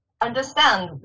Understand